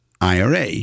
IRA